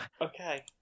Okay